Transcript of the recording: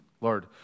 Lord